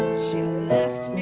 she laughed